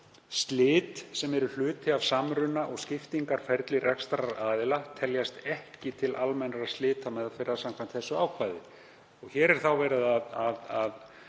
Slit sem eru hluti af samruna- eða skiptingarferli rekstraraðila teljast ekki til almennrar slitameðferðar samkvæmt þessu ákvæði. Hér er opnað á að